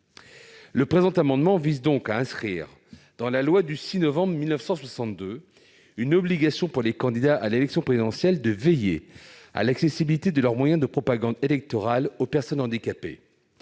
Cet amendement vise donc à inscrire dans la loi du 6 novembre 1962 une obligation pour les candidats à l'élection présidentielle de veiller à l'accessibilité de leurs moyens de propagande électorale aux personnes handicapées.